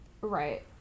Right